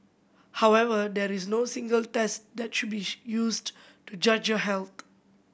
however there is no single test that should be used to judge your health